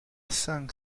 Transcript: cinq